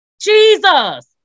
Jesus